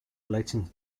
relating